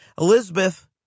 Elizabeth